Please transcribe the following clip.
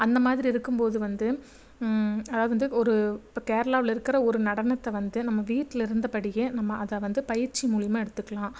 அந்த மாதிரி இருக்கும் போது வந்து அதாவது வந்து ஒரு இப்போ கேரளாவில் இருக்குகிற ஒரு நடனத்தை வந்து நம்ம வீட்டுலருந்த படியே நம்ம அதை வந்து பயிற்சி மூலியமாக எடுத்துக்கலாம்